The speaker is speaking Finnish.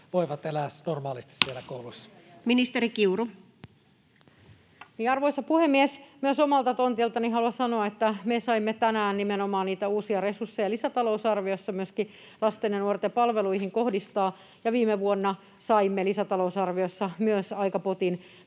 Rantanen ps) Time: 16:17 Content: Arvoisa puhemies! Myös omalta tontiltani haluan sanoa, että me saimme tänään nimenomaan niitä uusia resursseja lisätalousarviossa myöskin lasten ja nuorten palveluihin kohdistaa ja myös viime vuonna saimme lisätalousarviossa aika potin